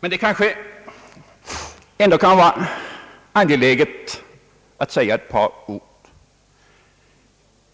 Men det kanske ändå kan vara angeläget att säga ett par ord,